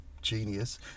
genius